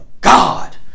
God